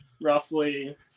roughly